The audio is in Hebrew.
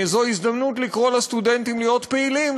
זו הזדמנות לקרוא לסטודנטים להיות פעילים,